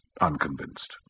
unconvinced